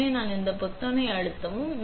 எனவே நாம் இந்த பொத்தானை அழுத்தவும்